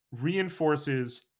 reinforces